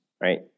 right